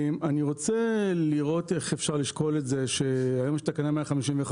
אני רוצה לראות איך אפשר לשקול את זה שהיום יש את תקנה 151,